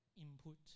input